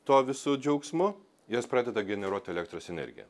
tuo visu džiaugsmu jos pradeda generuot elektros energiją